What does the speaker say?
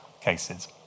cases